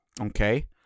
okay